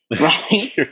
Right